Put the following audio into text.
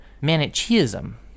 Manichaeism